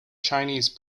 chinese